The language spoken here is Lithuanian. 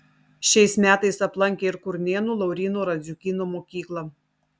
šiais metais aplankė ir kurnėnų lauryno radziukyno mokyklą